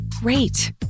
great